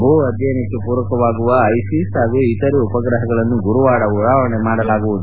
ಭೂ ಅಧ್ಯಯನಕ್ಕೆ ಪೂರಕವಾಗುವ ಹೈಸಿಸ್ ಪಾಗೂ ಇತರೆ ಉಪಗ್ರಹಗಳನ್ನು ಗುರುವಾರ ಉಡಾವಣೆ ಮಾಡಲಾಗುವುದು